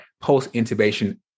post-intubation